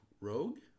rogue